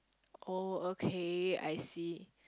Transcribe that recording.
oh okay I see